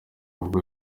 ubwo